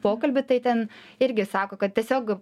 pokalbį tai ten irgi sako kad tiesiog